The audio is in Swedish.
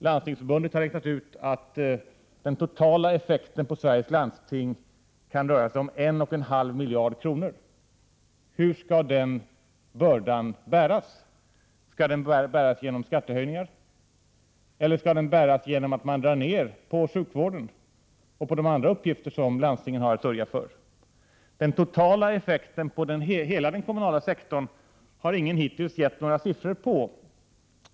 Landstingsförbundet har räknat ut att den totala effekten på Sveriges landsting kan röra sig om storleksordningen 1,5 miljarder kronor. Hur skall den bördan bäras? Skall den bäras genom skattehöjningar eller genom att man drar ner på sjukvård eller andra uppgifter som landstingen har att sörja för? Den totala effekten på hela den kommunala sektorn har hittills ingen gett några siffror på.